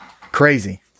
Crazy